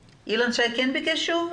אילן שי ביקש להתייחס שוב?